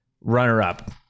runner-up